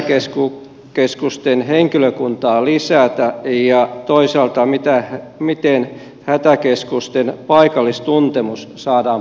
aiotaanko hätäkeskusten henkilökuntaa lisätä ja toisaalta miten hätäkeskusten paikallistuntemus saadaan paremmalle tasolle